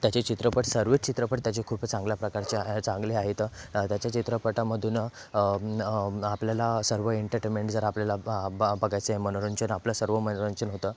त्याचे चित्रपट सर्वच चित्रपट त्याचे खूप चांगल्या प्रकारच्या चांगले आहेत त्याच्या चित्रपटांमधून आपल्याला सर्व एनटरटेनमेंट जर आपल्याला ब बघायचे मनोरंजन आपल्या सर्व महिलांचे होतं